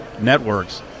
networks